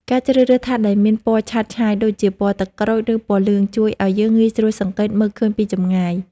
ការជ្រើសរើសថាសដែលមានពណ៌ឆើតឆាយដូចជាពណ៌ទឹកក្រូច ឬពណ៌លឿងជួយឱ្យយើងងាយស្រួលសង្កេតមើលឃើញពីចម្ងាយ។